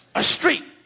a street.